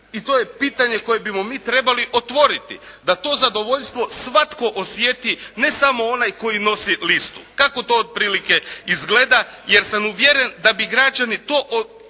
i to je pitanje koje bismo mi trebali otvoriti da to zadovoljstvo svatko osjeti ne samo onaj koji nosi listu. Kako to otprilike izgleda jer sam uvjeren da bi građani to od nas i